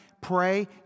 pray